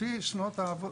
לפי שנות העבודה.